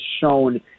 shown